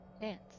Dance